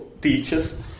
teachers